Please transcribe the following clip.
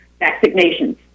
vaccinations